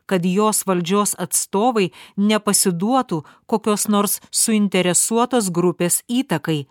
kad jos valdžios atstovai nepasiduotų kokios nors suinteresuotos grupės įtakai